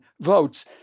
votes